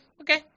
Okay